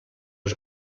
els